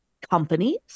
companies